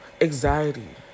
Anxiety